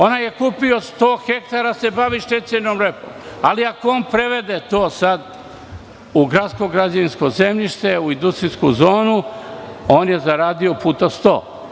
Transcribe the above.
Onaj je kupio sto hektara da se bavi šećernom repom, ali ako on prevede to sad u gradsko građevinsko zemljište, u industrijsku zonu, on je zaradio puta sto.